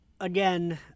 again